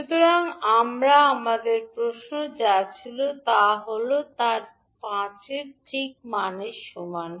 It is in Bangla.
সুতরাং আমরা আমাদের প্রশ্নে যা ছিল তা হল তার 5 এর ঠিক সমান মান